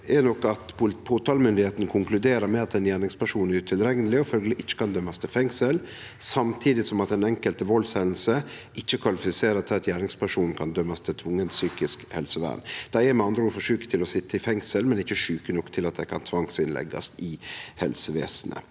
er nok at påtalemakta konkluderer med at ein gjerningsperson er utilrekneleg og følgjeleg ikkje kan dømmast til fengsel, samtidig som at den enkelte valdshendinga ikkje kvalifiserer til at gjerningspersonen kan dømmast til tvungent psykisk helsevern. Dei er med andre ord for sjuke til å sitje i fengsel, men ikkje sjuke nok til at dei kan bli tvangsinnlagde i helsevesenet.